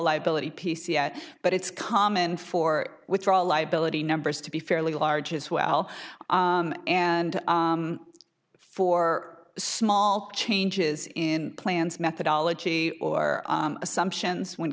liability p c at but it's common for withdrawal liability numbers to be fairly large as well and for small changes in plans methodology or assumptions when